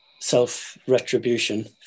self-retribution